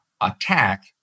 attack